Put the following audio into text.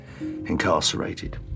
incarcerated